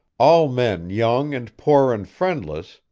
all men young and poor and friendless,